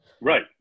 Right